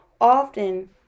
often